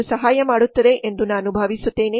ಇದು ಸಹಾಯ ಮಾಡುತ್ತದೆ ಎಂದು ನಾನು ಭಾವಿಸುತ್ತೇನೆ